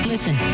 Listen